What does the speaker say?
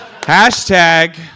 Hashtag